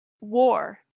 war